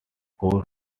core